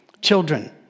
Children